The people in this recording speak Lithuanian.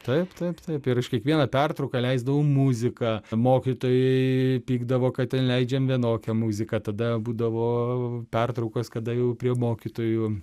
taip taip taip ir aš kiekvieną pertrauką leisdavau muziką mokytojai pykdavo kad ten leidžiam vienokią muziką tada būdavo pertraukos kada jau prie mokytojų